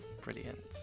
brilliant